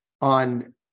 on